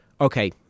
Okay